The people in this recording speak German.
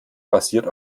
basiert